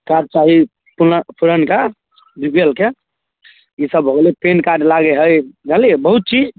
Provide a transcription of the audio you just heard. card चाही पुन पुरनका बी पी एल के ईसब हो गेलै पैन कार्ड लागै हइ जनलिए बहुत चीज